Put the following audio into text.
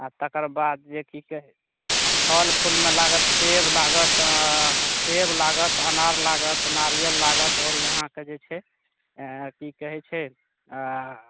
आ तकरबाद जे कि कहैत छै फल फूलमे लागत सेब लागत आ सेब लागत अनार लागत नारियल लागत आओर अहाँके जे छै की कहै छै